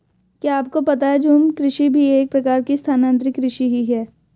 क्या आपको पता है झूम कृषि भी एक प्रकार की स्थानान्तरी कृषि ही है?